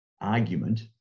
argument